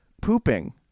pooping